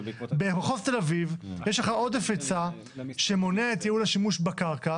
במחוז תל אביב יש לך עודף היצע שמונע את ייעול השימוש בקרקע,